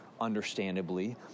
understandably